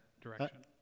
direction